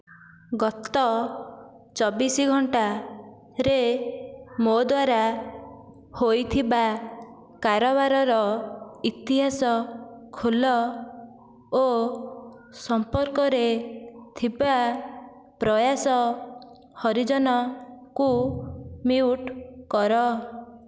ଗତ ଚବିଶ ଘଣ୍ଟାରେ ମୋ ଦ୍ୱାରା ହୋଇଥିବା କାରବାରର ଇତିହାସ ଖୋଲ ଓ ସମ୍ପର୍କରେ ଥିବା ପ୍ରୟାସ ହରିଜନଙ୍କୁ ମ୍ୟୁଟ କର